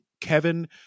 Kevin